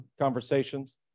conversations